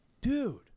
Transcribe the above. dude